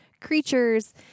creatures